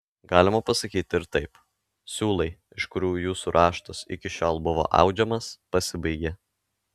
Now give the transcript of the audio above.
galima pasakyti ir taip siūlai iš kurių jūsų raštas iki šiol buvo audžiamas pasibaigė